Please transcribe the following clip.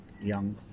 young